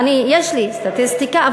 יש לי סטטיסטיקה,